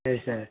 சரி சார்